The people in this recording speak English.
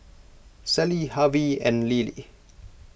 Sally Harvie and Lillie